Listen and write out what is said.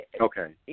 okay